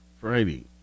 Friday